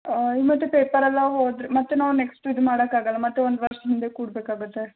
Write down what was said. ಮತ್ತು ಪೇಪರ್ ಎಲ್ಲ ಹೋದ್ರೆ ಮತ್ತು ನಾವು ನೆಕ್ಸ್ಟ್ ಇದು ಮಾಡೋಕ್ಕಾಗಲ್ಲ ಮತ್ತೆ ಒಂದು ವರ್ಷ ಹಿಂದೆ ಕೂರಬೇಕಾಗುತ್ತೆ